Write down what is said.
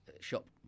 shop